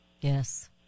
Yes